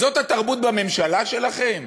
זאת התרבות בממשלה שלכם?